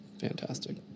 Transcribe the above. fantastic